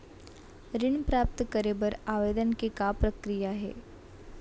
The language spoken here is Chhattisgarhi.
ऋण प्राप्त करे बर आवेदन के का प्रक्रिया हे?